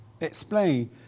explain